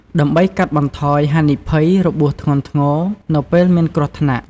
ដើម្បីកាត់បន្ថយហានិភ័យរបួសធ្ងន់ធ្ងរនៅពេលមានគ្រោះថ្នាក់។